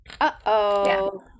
uh-oh